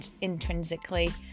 intrinsically